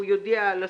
הוא יודיע על הזכות.